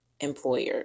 employer